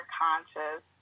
conscious